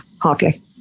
Hardly